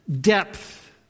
depth